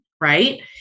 right